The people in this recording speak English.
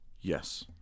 Yes